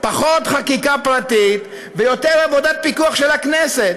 פחות חקיקה פרטית ויותר עבודת פיקוח של הכנסת.